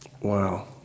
Wow